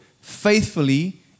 faithfully